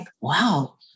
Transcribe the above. wow